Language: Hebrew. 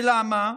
למה?